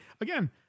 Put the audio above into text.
Again